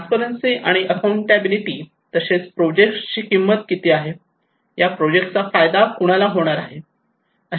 transparency आणि accountability तसेच project ची किंमत किती आहे या प्रोजेक्ट चा फायदा कुणाला होणार आहे